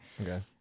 Okay